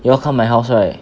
you all come my house right